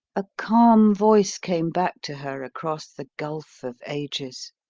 a calm voice came back to her across the gulf of ages